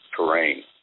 terrain